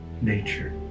nature